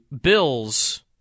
Bills